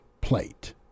plate